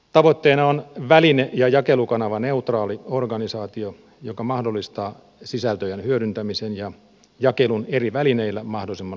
tavoitteena on väline ja jakelukanavaneutraali organisaatio joka mahdollistaa sisältöjen hyödyntämisen ja jakelun eri välineillä mahdollisimman laajasti